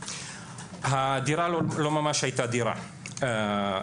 הדירה לא ממש הייתה דירה,